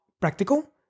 practical